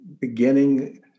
beginning